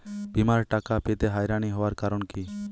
বিমার টাকা পেতে হয়রানি হওয়ার কারণ কি?